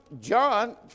John